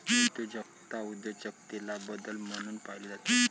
उद्योजकता उद्योजकतेला बदल म्हणून पाहिले जाते